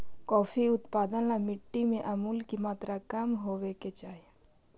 coffee उत्पादन ला मिट्टी में अमूल की मात्रा कम होवे के चाही